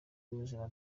w’ubuzima